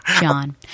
john